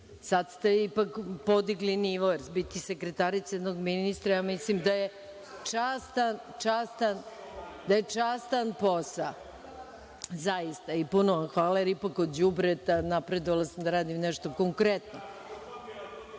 Sad ste ipak podigli nivo, jer biti sekretarica jednog ministra mislim da je častan posao, zaista i puno vam hvala, jer ipak od đubreta napredovala sam da radim nešto konkretno. Jeste,